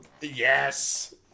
Yes